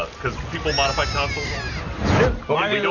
because people modified consoles all the time sure well. i mean